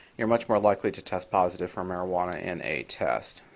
you're much more likely to test positive for marijuana in a test.